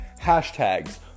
hashtags